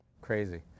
Crazy